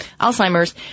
Alzheimer's